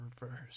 reverse